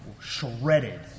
shredded